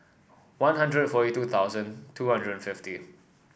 One Hundred and forty two thousand two hundred and fifty